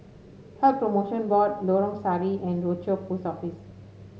Health Promotion Board Lorong Sari and Rochor Post Office